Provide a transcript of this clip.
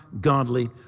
godly